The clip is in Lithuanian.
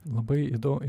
labai įdomu